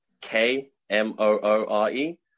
k-m-o-o-r-e